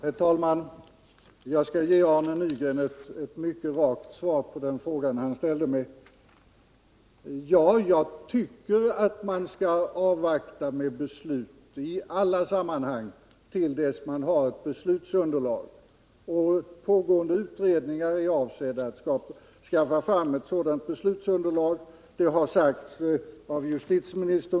Herr talman! Jag skall ge Arne Nygren ett mycket rakt svar på frågan till mig. Jag tycker att man i alla sammanhang skall avvakta med beslut, tills man har ett beslutsunderlag, och pågående utredningar är ju avsedda att skaffa fram ett sådant beslutsunderlag.